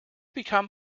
become